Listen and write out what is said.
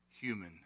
human